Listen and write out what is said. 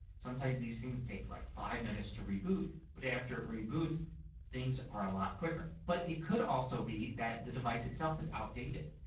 sometimes these things take like five minutes to reboot but after it reboots things are a lot quicker. but it could also be that the device itself is outdated.